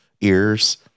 ears